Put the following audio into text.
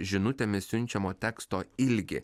žinutėmis siunčiamo teksto ilgį